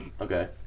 Okay